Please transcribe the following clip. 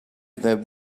that